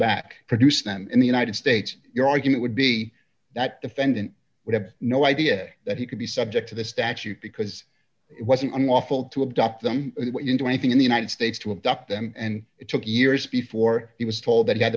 back produce them in the united states your argument would be that defendant would have no idea that he could be subject to the statute because it wasn't unlawful to adopt them into anything in the united states to adopt them and it took years before he was told that he had